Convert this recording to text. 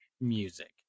music